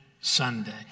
Sunday